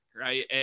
right